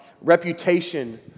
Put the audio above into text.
reputation